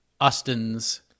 Austins